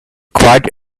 quite